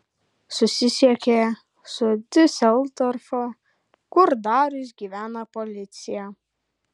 susisiekė su diuseldorfo kur darius gyvena policija